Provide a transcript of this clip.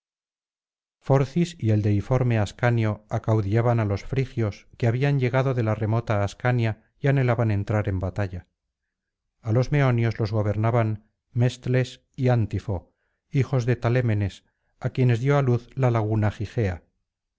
forcis y el deiforme ascanio acaudillaban á los frigios que habían llegado de la remota ascania y anhelaban entrar en batalla a los meoni'os los gobernaban mestles y ántifo hijos de talémenes á quienes dio á luz la laguna